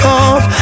off